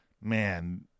man